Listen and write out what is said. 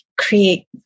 create